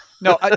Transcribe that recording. no